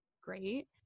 great